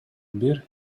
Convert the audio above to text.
бир